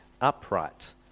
upright